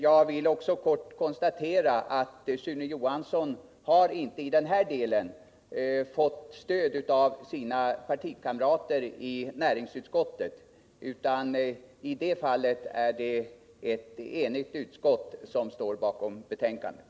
Jag vill dessutom i korthet konstatera att Sune Johansson i den här delen inte har fått stöd av sina partikamrater i näringsutskottet, utan i det här avseendet är det ett enigt utskott som står bakom betänkandet.